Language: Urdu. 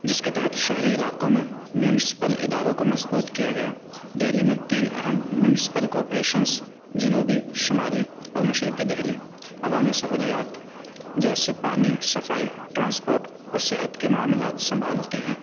جس کے تحت شہری علاقوں میں میونسپل اداروں کو مضبوط کیا گیا دہلی میں تین اہم میونسپل کارپوریشنز جنوبی شمالی اور مشرقی دہلی عوامی سہولیات جیسے پانی صفائی ٹرانسپورٹ اور صحت کے معاملات سنبھالتی ہیں